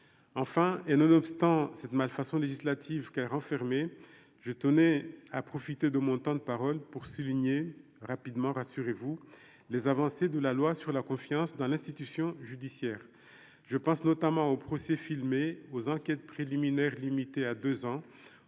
enfin, et nonobstant cette malfaçon législative qu'renfermé, je tenais à profiter de mon temps de parole pour souligner rapidement, rassurez-vous, les avancées de la loi sur la confiance dans l'institution judiciaire, je pense notamment au procès filmé aux enquêtes préliminaires limité à 2 ans